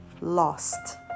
lost